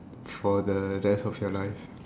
for the rest of your life